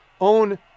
own